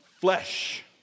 Flesh